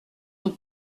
nous